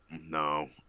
No